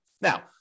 Now